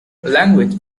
language